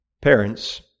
Parents